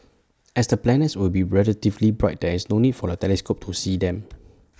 as the planets will be relatively bright there is no need for A telescope to see them